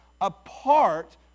apart